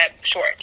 short